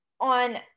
on